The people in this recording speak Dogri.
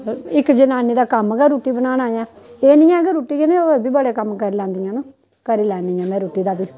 इक जनानी दा कम्म गै रुट्टी बनाना ऐ एह् निं ऐ कि रुट्टी गै होर बी बड़े कम्म करी लैंदियां न करी लैन्नी आं में रुट्टी दा बी